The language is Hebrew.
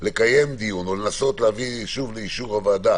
לקיים דיון או להביא שוב לאישור הוועדה